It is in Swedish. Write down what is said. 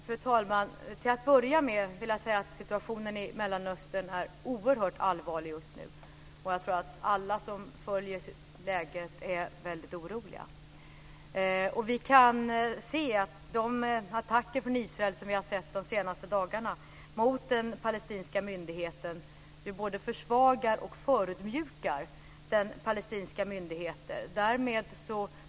Fru talman! Till att börja med vill jag säga att situationen i Mellanöstern är oerhört allvarlig just nu. Jag tror att alla som följer läget är väldigt oroliga. Vi kan se att de attacker från Israel som vi har sett de senaste dagarna mot den palestinska myndigheten både försvagar och förödmjukar den palestinska myndigheten.